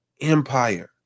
empire